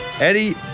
Eddie